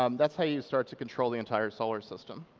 um that's how you start to control the entire solar system.